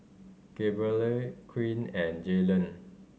Gabrielle Queen and Jayleen